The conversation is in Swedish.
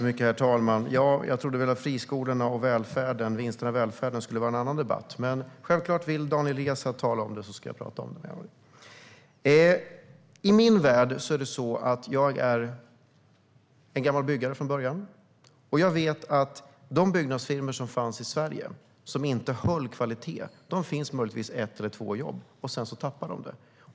Herr talman! Jag trodde väl att friskolorna och vinsterna i välfärden skulle vara en annan debatt, men vill Daniel Riazat tala om det ska jag självklart tala med honom om det. Jag är från början byggare. Jag vet att de byggnadsfirmor som fanns i Sverige och som inte höll kvaliteten fanns för möjligtvis ett eller två jobb, och sedan tappade de det.